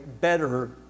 better